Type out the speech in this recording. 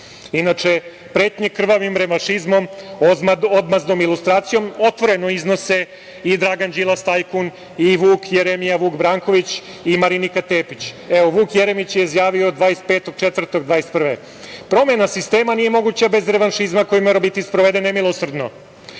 Inače, pretnje krvavim revanšizmom, odmazdom, ilustracijom otvoreno iznose i Dragan Đilas tajkun i Vuk Jeremija Vuk Branković i Marinika Tepić. Evo, Vuk Jeremić je izjavio 25.04.2021. godine: "Promena sistema nije moguća bez revanšizma koji mora biti sproveden nemilosrdno.